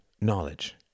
knowledge